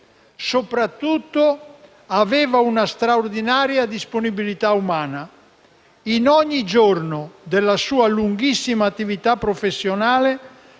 Soprattutto, aveva una straordinaria disponibilità umana. In ogni giorno della sua lunghissima attività professionale,